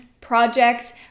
projects